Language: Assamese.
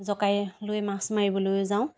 জকাই লৈ মাছ মাৰিবলৈ যাওঁ